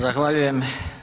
Zahvaljujem.